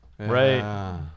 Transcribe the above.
Right